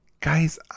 Guys